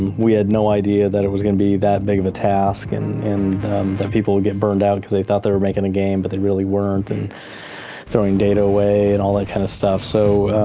we had no idea that it was going to be that big of a task and that people would get burned out, cause they thought they were making a game, but they really weren't. and throwing data away, and all that kind of stuff. so,